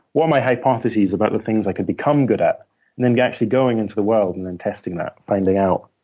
what are my hypotheses about the things i could become good at? and then actually going into the world and then testing that, finding out,